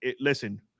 Listen